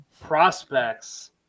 prospects